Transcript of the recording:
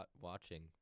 watching